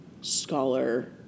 scholar